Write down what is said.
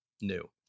new